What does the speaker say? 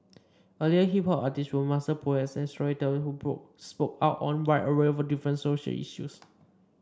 early hip hop artists were master poets and storytellers who spoke out on a wide array of different social issues